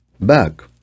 back